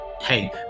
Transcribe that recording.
Hey